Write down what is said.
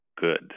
good